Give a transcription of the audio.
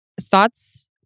thoughts